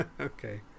Okay